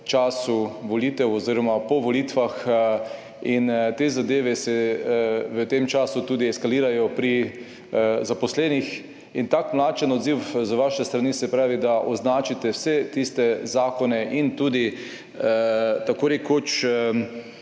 času volitev oziroma po volitvah. In te zadeve se v tem času tudi eskalirajo pri zaposlenih. In tak mlačen odziv z vaše strani, se pravi, da označite vse tiste zakone in tudi tako rekoč